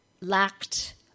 lacked